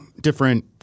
different